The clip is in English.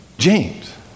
James